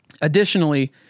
Additionally